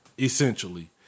essentially